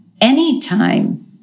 anytime